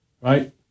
Right